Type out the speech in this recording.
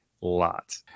lot